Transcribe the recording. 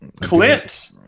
Clint